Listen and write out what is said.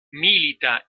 milita